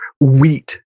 wheat